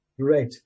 Great